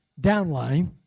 downline